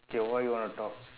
okay what you want to talk